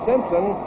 Simpson